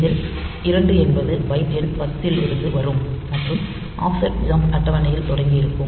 இதில் 2 என்பது பைட் எண் 10 இல் வரும் மற்றும் ஆஃப்செட் ஜம்ப் அட்டவணையில் தொடங்கி இருக்கும்